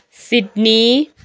Sydney